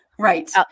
Right